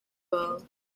bawe